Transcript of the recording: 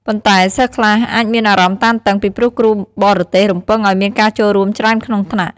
ប៉ុន្តែសិស្សខ្លះអាចមានអារម្មណ៍តានតឹង ពីព្រោះគ្រូបរទេសរំពឹងឲ្យមានការចូលរួមច្រើនក្នុងថ្នាក់។